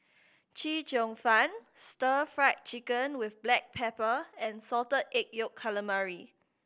Chee Cheong Fun Stir Fried Chicken with black pepper and Salted Egg Yolk Calamari